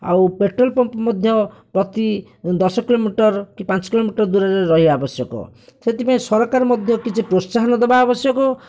ଆଉ petrol pump ମଧ୍ୟ ପ୍ରତି ଦଶ କିଲୋମିଟର କି ପାଞ୍ଚ କିଲୋମିଟର ଦୂରରେ ରହିବା ଆବଶ୍ୟକ ସେଥିପାଇଁ ସରକାର ମଧ୍ୟ କିଛି ପ୍ରୋତ୍ସାହନ ଦେବା ଆବଶ୍ୟକ